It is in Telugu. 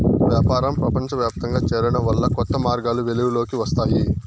వ్యాపారం ప్రపంచవ్యాప్తంగా చేరడం వల్ల కొత్త మార్గాలు వెలుగులోకి వస్తాయి